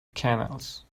canals